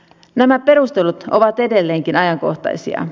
nämä perustelut ovat edelleenkin ajankohtaisia